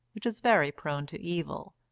which is very prone to evil,